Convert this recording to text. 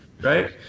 Right